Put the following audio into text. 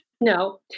No